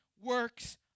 works